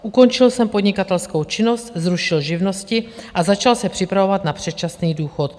Ukončil jsem podnikatelskou činnost, zrušil živnosti a začal se připravovat na předčasný důchod.